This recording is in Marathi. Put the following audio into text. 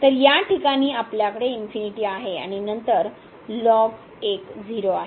तर या ठिकाणी आपल्याकडे आहे आणि नंतर ln 1 0 आहे